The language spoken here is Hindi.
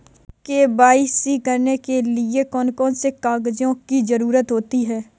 के.वाई.सी करने के लिए कौन कौन से कागजों की जरूरत होती है?